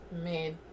made